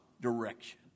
direction